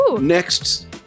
next